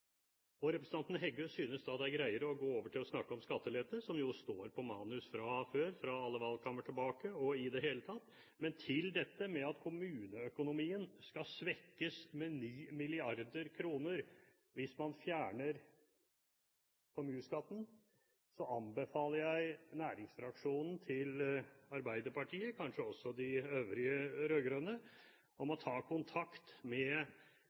småbedriftene. Representanten Heggø synes da det er greiere å gå over til å snakke om skattelette, som jo står i manus fra før, fra alle valgkamper tilbake og i det hele tatt. Når det gjelder det at kommuneøkonomien vil svekkes med 9 mrd. kr hvis man fjerner formuesskatten, anbefaler jeg næringsfraksjonen til Arbeiderpartiet, kanskje også de øvrige rød-grønne, om å ta kontakt med